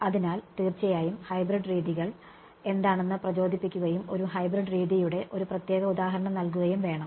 അതിനാൽ തീർച്ചയായും ഹൈബ്രിഡ് രീതികൾ എന്താണെന്ന് പ്രചോദിപ്പിക്കുകയും ഒരു ഹൈബ്രിഡ് രീതിയുടെ ഒരു പ്രത്യേക ഉദാഹരണം നൽകുകയും വേണം